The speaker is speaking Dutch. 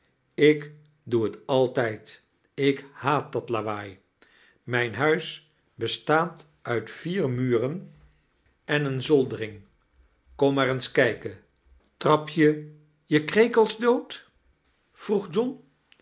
ik doe t altijd ik haat dat lawaai tvf ijn huis bestaat uit vier muren en een zoldering kom maar eens kijken trap je je krekels dood vroeg john